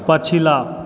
पछिला